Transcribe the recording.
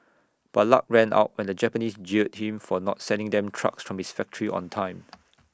but luck ran out when the Japanese jailed him for not sending them trucks from his factory on time